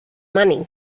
money